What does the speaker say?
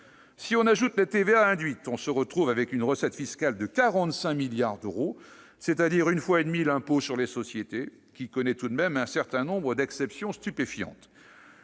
Si on ajoute la TVA induite, on se retrouve avec une recette fiscale de 45 milliards d'euros, c'est-à-dire une fois et demie l'impôt sur les sociétés, qui connaît tout de même un certain nombre d'exceptions stupéfiantes.